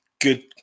good